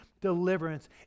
deliverance